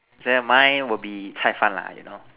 then mine will be cai fan lah you know